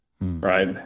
right